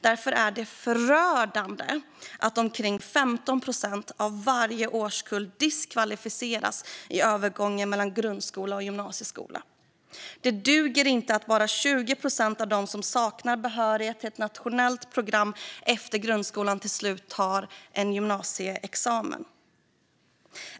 Därför är det förödande att omkring 15 procent av varje årskull diskvalificeras i övergången mellan grundskola och gymnasieskola. Det duger inte att bara 20 procent av dem som saknar behörighet till ett nationellt program efter grundskolan till slut tar en gymnasieexamen.